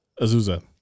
Azusa